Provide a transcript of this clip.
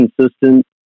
consistent